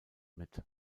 mit